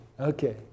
Okay